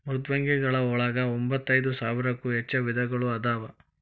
ಮೃದ್ವಂಗಿಗಳ ಒಳಗ ಎಂಬತ್ತೈದ ಸಾವಿರಕ್ಕೂ ಹೆಚ್ಚ ವಿಧಗಳು ಅದಾವ